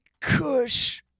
Kush